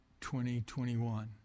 2021